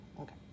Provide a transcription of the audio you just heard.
Okay